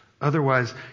Otherwise